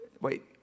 Wait